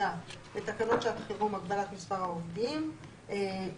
השנייה לתקנות שעת חירום (הגבלת מספר העובדים לשם,